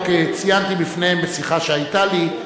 רק ציינתי בפניהם בשיחה שהיתה לי,